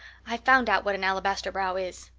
i've found out what an alabaster brow is.